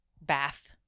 bath